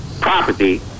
property